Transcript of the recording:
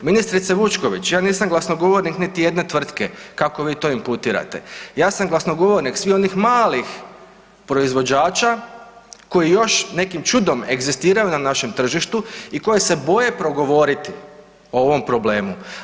Ministrice Vučković, ja nisam glasnogovornik niti jedne tvrtke kako vi to imputirate, ja sam glasnogovornik svih onih malih proizvođača koji još nekim čudom egzistiraju na našem tržištu i koji se boje progovoriti o ovom problemu.